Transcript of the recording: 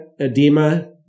edema